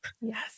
Yes